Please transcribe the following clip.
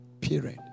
Period